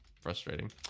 frustrating